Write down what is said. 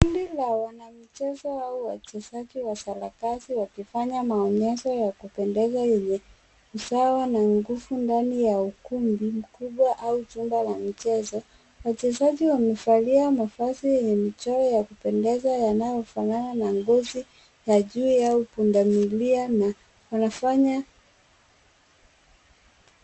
Kundi la wanamichezo au wachezaji wa sarakasi wakifanya maonyesho ya kupendeza yenye usawa na nguvu ndani ya ukumbi mkubwa au jumba la michezo. Wachezaji wamevalia mavazi yenye michoro ya kupendeza yanayofanana na ngozi ya chui au pundamilia na wanafanya...